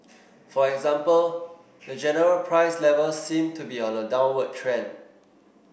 for example the general price level seem to be on a downward trend